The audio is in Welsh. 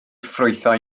ffrwythau